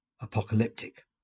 apocalyptic